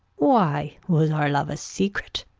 why, was our love a secret?